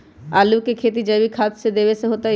आलु के खेती जैविक खाध देवे से होतई?